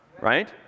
right